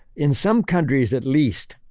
in some countries at least,